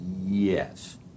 Yes